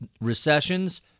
recessions